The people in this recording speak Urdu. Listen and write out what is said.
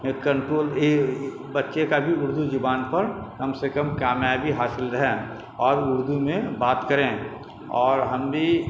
کنٹرول بچے کا بھی اردو زبان پر کم سے کم کامیاب حاصل رہے اور اردو میں بات کریں اور ہم بھی